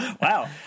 Wow